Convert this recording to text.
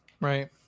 right